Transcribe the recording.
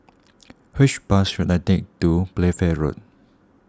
which bus should I take to Playfair Road